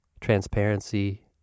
transparency